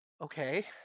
Okay